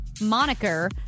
moniker